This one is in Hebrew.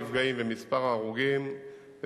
ומצפים שתמשיך בתוכנית שלך,